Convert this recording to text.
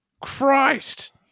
Christ